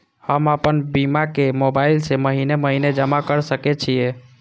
हम आपन बीमा के मोबाईल से महीने महीने जमा कर सके छिये?